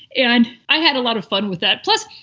and i had a lot of fun with that. plus,